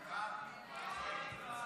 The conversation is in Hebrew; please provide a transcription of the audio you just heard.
סעיפים 1 12